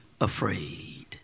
afraid